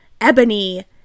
Ebony